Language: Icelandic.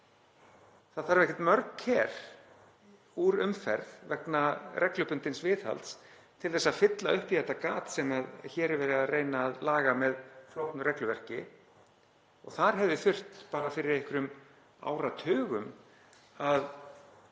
Það þarf ekki mörg ker úr umferð vegna reglubundins viðhalds til að fylla upp í þetta gat sem hér er verið að reyna að laga með flóknu regluverki. Og þar hefði þurft fyrir einhverjum áratugum að